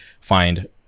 find